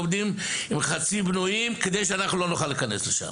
והמבנים עומדים חצי בנויים כדי שאנחנו לא נוכל להיכנס לשם.